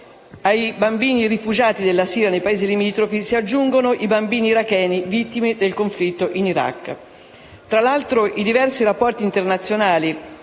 ai bambini siriani rifugiati nei Paesi limitrofi si aggiungono i bambini iracheni vittime del conflitto in Iraq. Tra l'altro, i diversi rapporti internazionali,